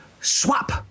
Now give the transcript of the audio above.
swap